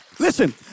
Listen